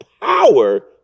power